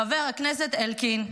חבר הכנסת אלקין,